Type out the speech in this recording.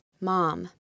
mom